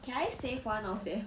can I save one of them